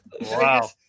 Wow